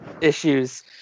issues